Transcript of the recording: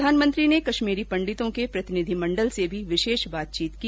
प्रधानमंत्री ने कश्मीरी पंडितों के प्रतिनिधिमण्डल से भी विशेष बातचीत की